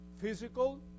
Physical